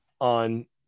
on